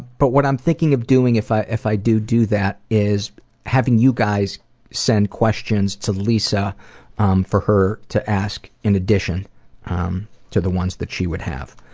but what i'm thinking of doing if i if i do do that is having you guys send questions to lisa um for her to ask in addition um to the ones that she would ask.